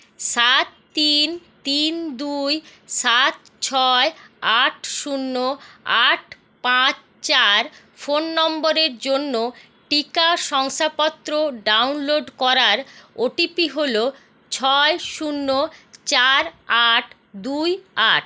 সাত তিন তিন দুই সাত ছয় আট শূন্য আট পাঁচ চার ফোন নম্বরের জন্য টিকা শংসাপত্র ডাউনলোড করার ওটিপি হল ছয় শূন্য চার আট দুই আট